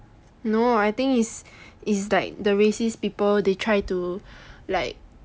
no I think it's like the racist people they try to like